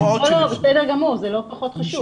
בסדר גמור, זה לא פחות חשוב.